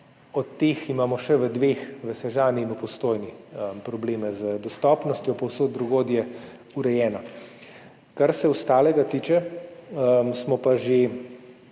od teh imamo še v dveh, v Sežani in v Postojni, probleme z dostopnostjo, povsod drugod je urejena. Kar se ostalega tiče, smo pa že